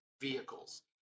vehicles